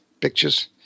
pictures